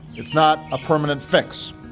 it's not a permanent fix.